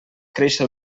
créixer